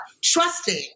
Trusting